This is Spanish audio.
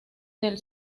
del